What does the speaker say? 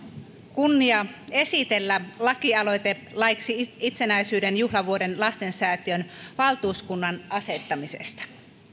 kunnia esitellä lakialoite laiksi itsenäisyyden juhlavuoden lastensäätiön valtuuskunnan asettamisesta